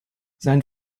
sein